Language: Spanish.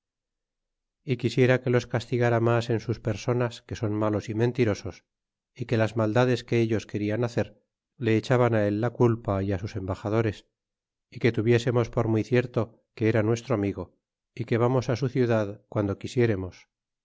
é quisiera que los castigara mas en sus personas que son malos y mentirosos é que las maldades que ellos querian hacer le echaban á el la culpa é sus embaxadores que tuviésemos por muy cierto que era nuestro amigo é que vamos su ciudad piando quisieremos